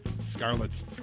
Scarlets